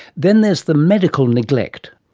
then there's the medical neglect,